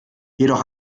jedoch